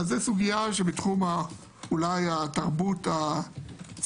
אז זאת סוגיה שהיא אולי בתחום התרבות הציבורית-ההתנהגותית,